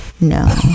No